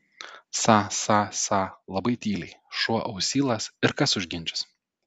sa sa sa labai tyliai šuo ausylas ir kas užginčys